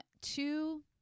two